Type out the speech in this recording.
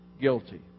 guilty